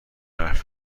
حرف